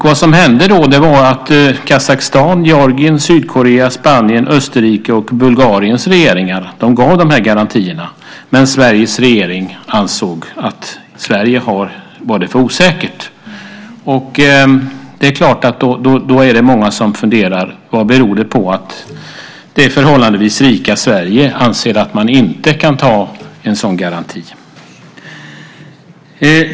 Vad som hände då var att Kazakstans, Georgiens, Sydkoreas, Spaniens, Österrikes och Bulgariens regeringar gav de här garantierna, medan Sveriges regering ansåg att i Sverige var det för osäkert. Det är klart att då är det många som funderar över vad det beror på att det förhållandevis rika Sverige anser att man inte kan ge en sådan garanti.